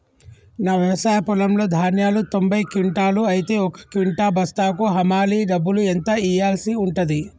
నా వ్యవసాయ పొలంలో ధాన్యాలు తొంభై క్వింటాలు అయితే ఒక క్వింటా బస్తాకు హమాలీ డబ్బులు ఎంత ఇయ్యాల్సి ఉంటది?